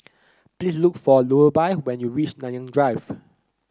please look for Lulla when you reach Nanyang Drive